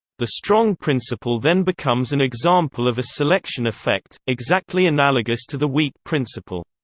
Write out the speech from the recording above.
the strong principle then becomes an example of a selection effect, exactly analogous to the weak principle.